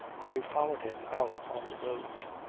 i followed him out on the road.